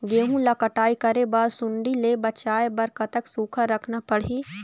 गेहूं ला कटाई करे बाद सुण्डी ले बचाए बर कतक सूखा रखना पड़ही?